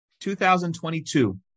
2022